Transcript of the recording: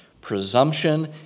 presumption